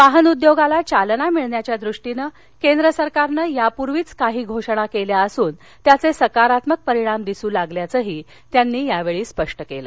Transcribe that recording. वाहन उद्योगाला चालना मिळण्याच्या दृष्टीनं केंद्र सरकारने यापूर्वीच काही घोषणा केल्या असून त्याचे सकारात्मक परिणाम दिसू लागल्याचं त्यांनी स्पष्ट केलं